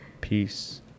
Peace